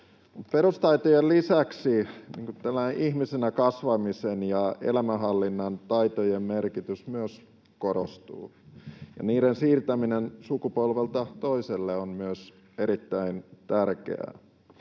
Perustaitojen lisäksi tällainen ihmisenä kasvamisen ja elämänhallinnan taitojen merkitys myös korostuu, ja niiden siirtäminen sukupolvelta toiselle on myös erittäin tärkeää.